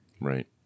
Right